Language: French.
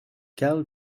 carl